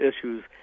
issues